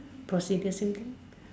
procedure same thing